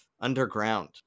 underground